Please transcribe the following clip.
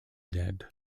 dead